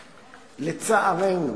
לצערנו,